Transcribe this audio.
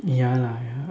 ya lah ya